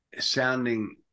sounding